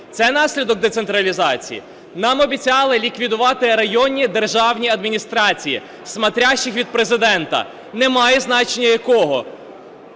Це наслідок децентралізації? Нам обіцяли ліквідувати районні державні адміністрації, "смотрящих" від Президента. Немає значення - якого.